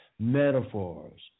metaphors